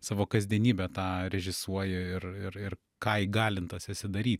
savo kasdienybę tą režisuoji ir ir ir ką įgalintas esi daryt